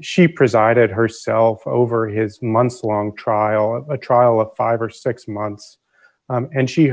she presided herself over his months long trial a trial of five or six months and she